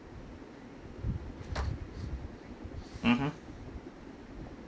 mmhmm